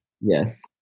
Yes